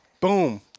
Boom